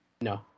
No